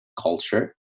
culture